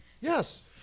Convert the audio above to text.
Yes